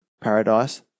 Paradise